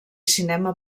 cinema